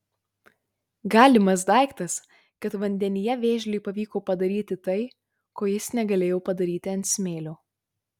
galimas daiktas kad vandenyje vėžliui pavyko padaryti tai ko jis negalėjo padaryti ant smėlio